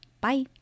Bye